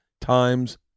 times